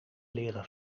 leren